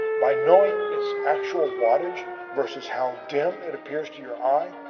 by knowing its actual wattage versus how dim it appears to your eye,